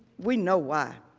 we know why.